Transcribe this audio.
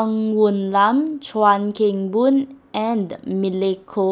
Ng Woon Lam Chuan Keng Boon and Milenko